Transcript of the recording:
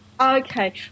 Okay